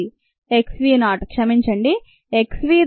x vనాట్ క్షమించండి x v ద్వారా x v నాట్ 0